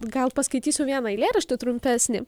gal paskaitysiu vieną eilėraštį trumpesnį